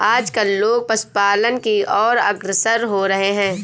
आजकल लोग पशुपालन की और अग्रसर हो रहे हैं